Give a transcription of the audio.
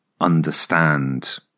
Understand